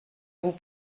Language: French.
vous